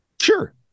Sure